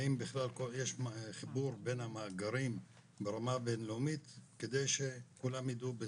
האם בכלל יש חיבור בין המאגרים ברמה הבינלאומית כדי שכולם יידעו,